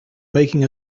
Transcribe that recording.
making